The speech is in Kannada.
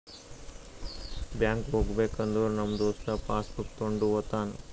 ಬ್ಯಾಂಕ್ಗ್ ಹೋಗ್ಬೇಕ ಅಂದುರ್ ನಮ್ ದೋಸ್ತ ಪಾಸ್ ಬುಕ್ ತೊಂಡ್ ಹೋತಾನ್